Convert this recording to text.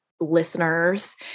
Listeners